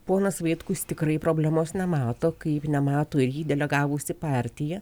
ponas vaitkus tikrai problemos nemato kaip nemato ir jį delegavusi partija